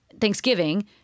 Thanksgiving